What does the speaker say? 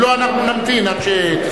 אם לא, אנחנו נמתין עד שתסיים.